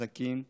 חזקים ובריאים.